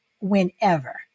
whenever